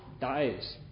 dies